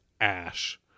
Ash